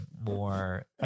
more